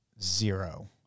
zero